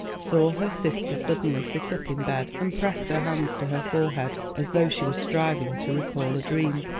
saw her sister suddenly sit up in bed and press her hands to her forehead, as though she was striving to recall a dream.